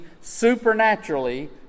supernaturally